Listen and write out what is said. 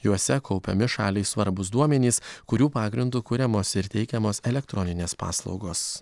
juose kaupiami šaliai svarbūs duomenys kurių pagrindu kuriamos ir teikiamos elektroninės paslaugos